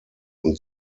und